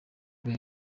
bihe